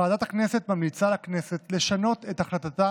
ועדת הכנסת ממליצה לכנסת לשנות את החלטתה